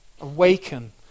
Awaken